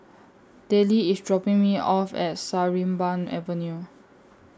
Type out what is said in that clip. Dellie IS dropping Me off At Sarimbun Avenue